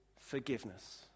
forgiveness